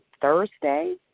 Thursday